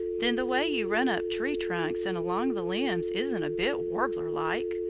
then the way you run up tree trunks and along the limbs isn't a bit warbler-like.